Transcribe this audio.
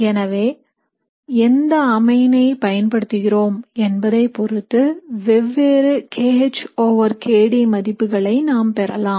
எனவே எந்த அமைன் ஐ பயன்படுத்துகிறோம் என்பதைப் பொருத்து வெவ்வேறு kH over kD மதிப்புகளை நாம் பெறலாம்